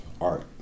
art